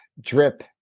drip